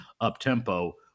up-tempo